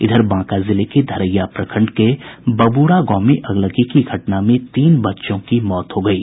इधर बांका जिले के धरैया प्रखंड के बबुरा गांव में अगलगी की घटना में तीन बच्चों की मौत हो गयी